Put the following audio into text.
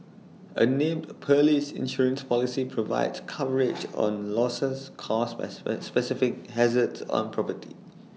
A named Perils Insurance Policy provides coverage on losses caused by specific hazards on property